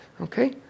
okay